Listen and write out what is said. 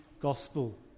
gospel